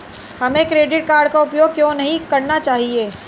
हमें credit card का उपयोग क्यों नहीं करना चाहिए?